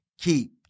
keep